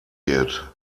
wird